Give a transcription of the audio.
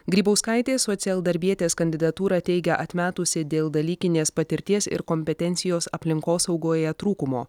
grybauskaitė socialdarbietės kandidatūrą teigia atmetusi dėl dalykinės patirties ir kompetencijos aplinkosaugoje trūkumo